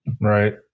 Right